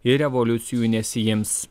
ir revoliucijų nesiims